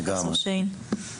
פרופ' שיין.